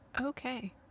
Okay